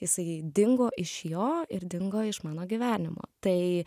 jisai dingo iš jo ir dingo iš mano gyvenimo tai